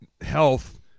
health